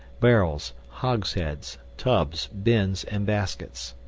barrels, hogsheads, tubs, bins, and baskets.